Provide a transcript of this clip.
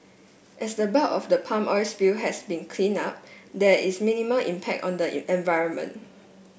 as the bulk of the palm oil spill has been cleaned up there is minimal impact on the environment